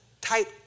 type